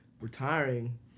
retiring